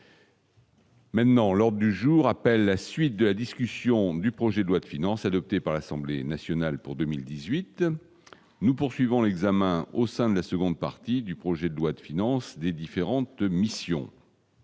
Maintenant, l'heure du jour appelle la suite de la discussion du projet de loi de finances adoptées par l'Assemblée nationale pour 2018 : nous poursuivons l'examen au sein de la seconde partie du projet de loi de finances des différentes missions.